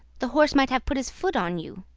the horse might have put his foot on you.